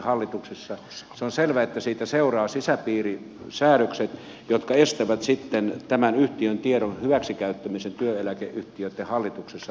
se on selvää että siitä seuraa sisäpiirisäädökset jotka estävät sitten tämän yhtiön tiedon hyväksikäyttämisen työeläkeyhtiöitten hallituksessa tai henkilökohtaisesti